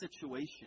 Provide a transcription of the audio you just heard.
situation